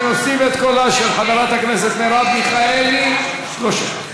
אני מוסיף את קולה של חברת הכנסת מרב מיכאלי לפרוטוקול,